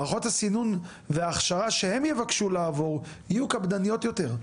מערכות הסינון וההכשרה שהם יבקשו לעבור יהיו קפדניות יותר.